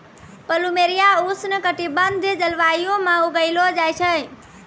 plumeria उष्ण कटिबंधीय जलवायु म उगैलो जाय छै